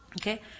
Okay